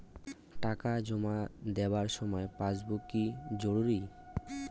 টাকা জমা দেবার সময় পাসবুক কি জরুরি?